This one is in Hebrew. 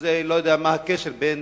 אני לא יודע מה הקשר בין